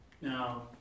Now